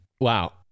Wow